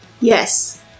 Yes